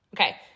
Okay